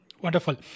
Wonderful